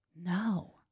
No